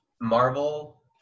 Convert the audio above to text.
Marvel